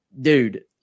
dude